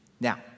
Now